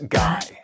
guy